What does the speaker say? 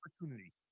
opportunity